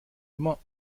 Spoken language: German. immer